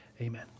Amen